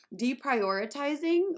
deprioritizing